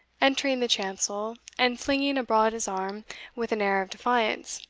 entering the chancel, and flinging abroad his arm with an air of defiance,